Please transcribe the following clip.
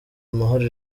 amahoro